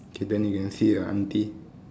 K then you can see a auntie